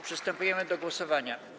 Przystępujemy do głosowania.